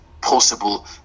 possible